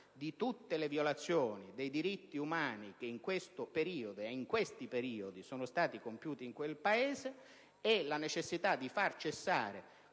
di tutte le violazioni dei diritti umani che in questi periodi sono stati compiuti in quel Paese e la necessità di far cessare